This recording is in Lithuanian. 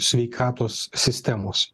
sveikatos sistemos